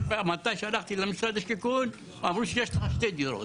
ומתי שהלכתי למשרד השיכון אמרו שיש לך שתי דירות,